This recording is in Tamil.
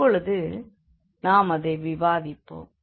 இப்பொழுது நாம் அதை விவாதிப்போம்